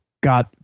got